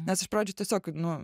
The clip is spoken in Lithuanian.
nes iš pradžių tiesiog nu